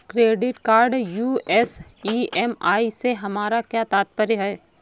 Credit card US EMI से हमारा क्या तात्पर्य है?